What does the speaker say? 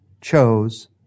chose